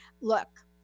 Look